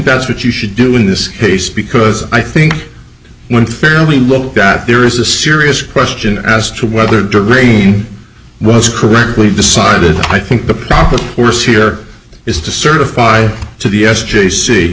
that's what you should do in this case because i think one fairly look at there is a serious question as to whether to rein was correctly decided i think the proper course here is to certify to the s j